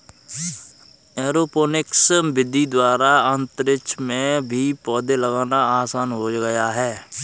aeroponics विधि द्वारा अंतरिक्ष में भी पौधे लगाना आसान हो गया है